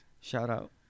Shout-out